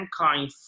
mankind